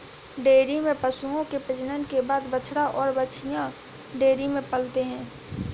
dairy में पशुओं के प्रजनन के बाद बछड़ा और बाछियाँ डेयरी में पलते हैं